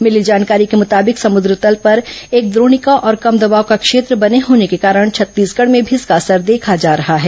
मिली जानकारी के मुताबिक समुद्र तल पर एक द्रोणिका और कम दबाव का क्षेत्र बने होने के कारण छत्तीसगढ़ में भी इसका असर देखा जा रहा है